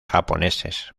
japoneses